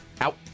Out